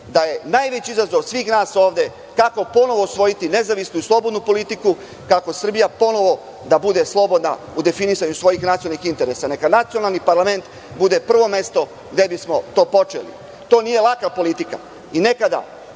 da je najveći izazov svih nas ovde kako ponovo osvojiti nezavisnu i slobodnu politiku, kako Srbija ponovo da bude slobodna u definisanju svojih nacionalnih interesa. Neka nacionalni parlament bude prvo mesto gde bismo to počeli. To nije laka politika i nekada